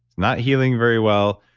not healing very well.